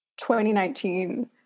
2019